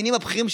הקצינים הבכירים,